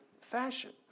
fashion